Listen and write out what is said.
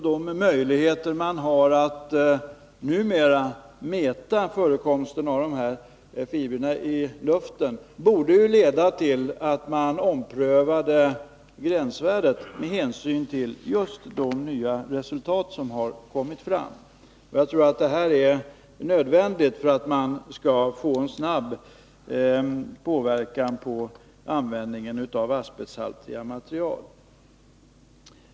De möjligheter man numera har att mäta förekomsten av dessa fibrer i luften borde leda till en omprövning av gränsvärdet med hänsyn till just de nya resultat som kommit fram. Jag tror det är nödvändigt för att få en snabb påverkan av användningen av asbesthaltiga material.